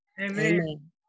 Amen